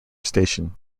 station